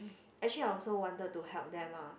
actually I also wanted to help them ah